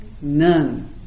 none